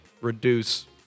reduce